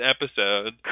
episode